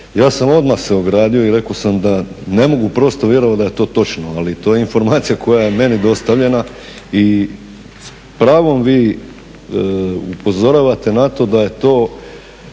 ja sam odmah se ogradio i rekao sam da ne mogu prostoj vjerovat da je to točno, ali to je informacija koja je meni dostavljena. I s pravom vi upozoravate na to da je to